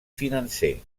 financer